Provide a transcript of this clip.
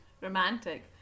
Romantic